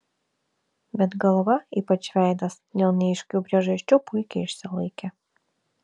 bet galva ypač veidas dėl neaiškių priežasčių puikiai išsilaikė